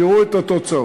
תראו את התוצאות.